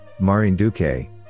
Marinduque